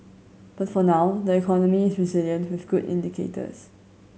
but for now the economy is resilient with good indicators